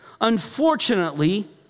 Unfortunately